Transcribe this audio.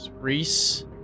Reese